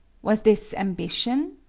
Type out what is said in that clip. was this ambition?